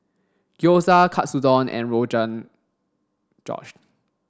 Gyoza Katsudon and Rogan Josh